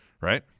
right